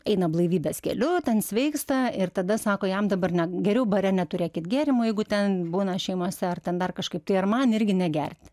eina blaivybės keliu ten sveiksta ir tada sako jam dabar geriau bare neturėkit gėrimų jeigu ten būna šeimose ar ten dar kažkaip tai ar man irgi negerti